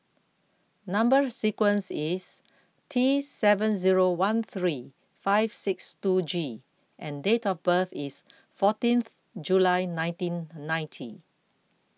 Number Sequence is T seven zero one three five six two G and date of birth is fourteenth July nineteen ninety